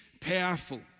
powerful